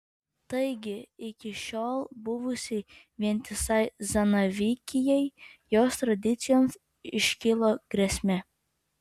taigi iki šiol buvusiai vientisai zanavykijai jos tradicijoms iškilo grėsmė